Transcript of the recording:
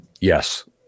Yes